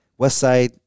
Westside